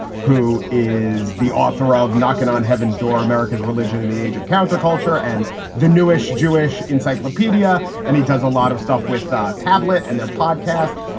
who is the author of knocking on heaven's door america's religion and the age of counterculture and the newish jewish encyclopedia. and he does a lot of stuff with ah tablet and their podcast.